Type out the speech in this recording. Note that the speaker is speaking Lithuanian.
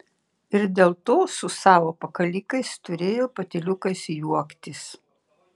ir dėl to su savo pakalikais turėjo patyliukais juoktis